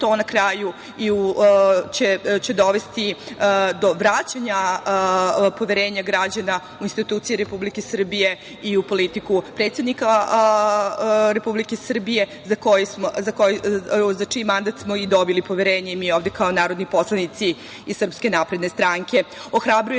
to na kraju će dovesti do vraćanja poverenja građana u institucije Republike Srbije i u politiku predsednika Republike Srbije, za čiji mandat smo i dobili poverenje i mi ovde kao narodni poslanici iz Srpske napredne